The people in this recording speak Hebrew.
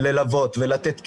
וללוות ולתת כלים.